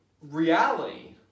reality